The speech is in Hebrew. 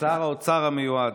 שר האוצר המיועד.